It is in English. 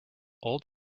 old